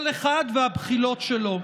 כל אחד והבחילות שלו.